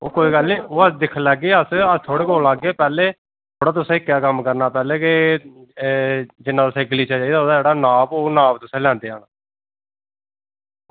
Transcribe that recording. ओहग् कोई गल्ल निं ओह् अल दिक्खी लैगे अस थुआढ़े कोल आह्गे पैह्लें मड़ो तुसें इक्कै कम्म करना पैह्लें के जिन्ना तुसें गलीचा चाहिदा होग ओह्दा छड़ा तुसें नाप लेई औना